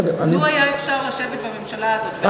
לו היה אפשר לשבת בממשלה הזאת,